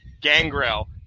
Gangrel